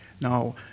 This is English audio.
Now